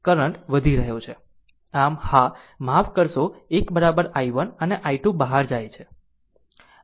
આમ હા માફ કરશો 1 i1 અને i2 બહાર જાય છે